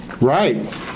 Right